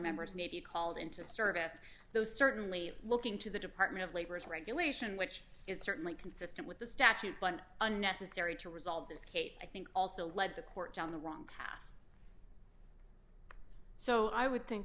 members may be called into service though certainly looking to the department of labor's regulation which is certainly consistent with the statute but unnecessary to resolve this case i think also led the court down the wrong path so i would think